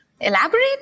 Elaborate